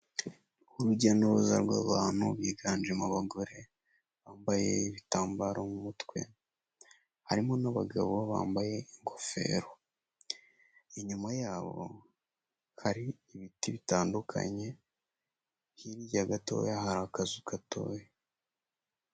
Urujya n'uruza rw'abantu biganjemo abagore, bambaye ibitambaro mu mutwe. Harimo n'abagabo bambaye ingofero. Inyuma yabo hari ibiti bitandukanye, hirya gatoya hari akazu gatoya.